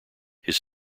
his